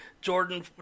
Jordan